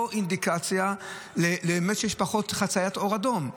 אינדיקציה לכך שיש פחות חצייה באור אדום.